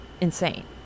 insane